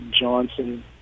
Johnson